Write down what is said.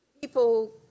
people